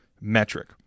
metric